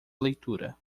leitura